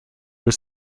was